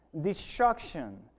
destruction